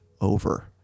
over